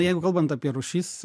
jeigu kalbant apie rūšis